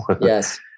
Yes